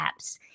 apps